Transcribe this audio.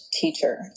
teacher